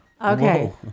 Okay